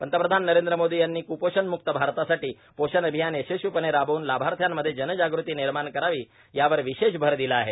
पंतप्रधान नरेंद्र मोदी यांनी क्पोषणमुक्त भारतासाठी पोषण अभियान यशस्वीपणे राबवून लाभार्थ्यांमध्ये जनजागृती निर्माण करावी यावर विशेष भर दिला आहे